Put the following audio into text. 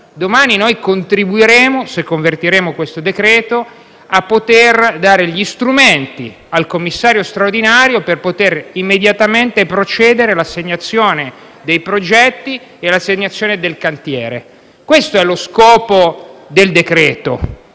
Domani noi contribuiremo, se convertiremo in legge questo decreto, a dare gli strumenti al commissario straordinario per poter immediatamente procedere all’assegnazione dei progetti e all’assegnazione del cantiere. Questo è lo scopo del decreto